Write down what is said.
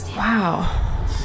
Wow